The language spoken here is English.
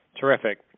terrific